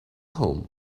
home